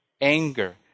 anger